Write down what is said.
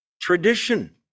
tradition